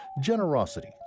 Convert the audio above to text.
generosity